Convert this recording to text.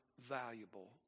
valuable